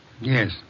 Yes